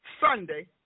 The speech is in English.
Sunday